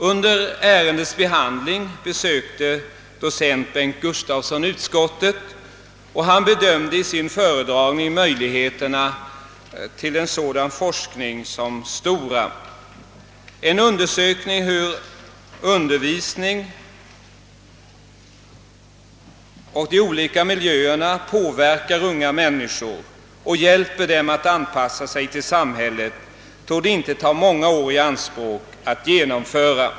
Under ärendets behandling besökte docenten Gustafsson utskottet. Han bedömde i sin föredragning möjligheterna till en sådan forskning som stora. En undersökning om hur undervisning och olika miljöer påverkar unga människor och hjälper dem att anpassa sig till samhället torde inte ta många år i anspråk att genomföra.